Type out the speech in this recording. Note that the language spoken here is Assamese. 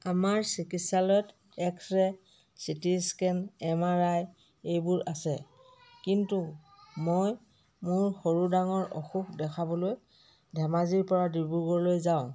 আমাৰ চিকিৎসালয়ত X ray CT scan M R I এইবোৰ আছে কিন্তু মই মোৰ সৰু ডাঙৰ অসুখ দেখাবলৈ ধেমাজিৰ পৰা ডিব্ৰুগড়লৈ যাওঁ